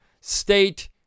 state